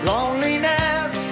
Loneliness